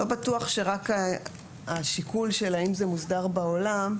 לא בטוח שרק השיקול של האם זה מוסדר בעולם,